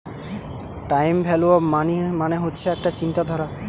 time value of money মানে হচ্ছে একটা চিন্তাধারা